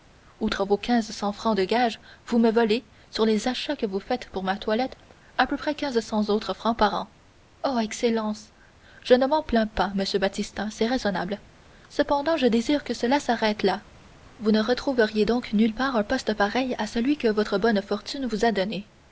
vos quinze cents francs de gages vous me volez sur les achats que vous faites pour ma toilette à peu près quinze cents autres francs par an oh excellence je ne m'en plains pas monsieur baptistin c'est raisonnable cependant je désire que cela s'arrête là vous ne retrouveriez donc nulle part un poste pareil à celui que votre bonne fortune vous a donné